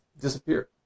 disappear